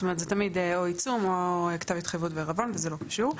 זאת אומרת זה תמיד או עיצום או כתב התחייבות ועירבון וזה לא קשור.